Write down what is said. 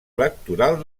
electoral